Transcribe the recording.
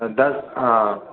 दस हाँ